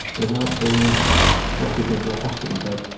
without being slotted into a hospital bed,